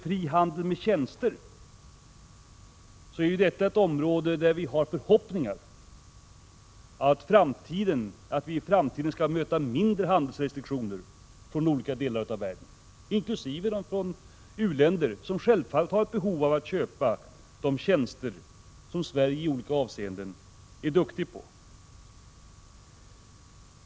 Frihandel med tjänster är ett område där vi har förhoppningar att vi i framtiden skall möta mindre handelsrestriktioner från olika delar av världen, inkl. u-länder som självfallet har ett behov av att köpa de tjänster som man i Sverige i olika avseenden är duktig på.